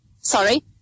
Sorry